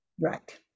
Right